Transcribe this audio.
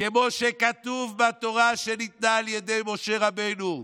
כמו שכתוב בתורה שניתנה על ידי משה רבינו,